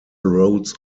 roads